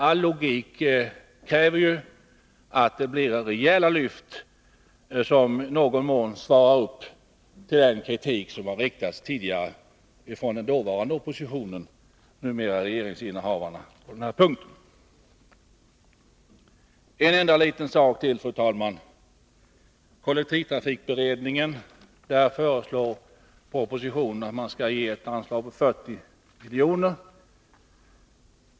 Alllogik kräver ju att det blir rejäla lyft, som i någon mån svarar upp mot den kritik som tidigare riktats av den dåvarande oppositionen, de nuvarande regeringsinnehavarna, på den här punkten. En enda liten sak till, fru talman. I fråga om kollektivtrafikberedningen föreslås i propositionen att man skall ge ett anslag på 40 milj.kr.